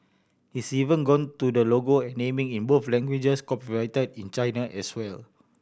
he's even got to the logo naming in both languages copyrighted in China as well